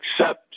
accept